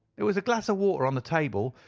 there was a glass of water on the table,